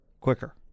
quicker